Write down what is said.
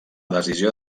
decisió